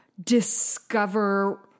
Discover